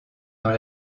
dans